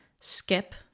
skip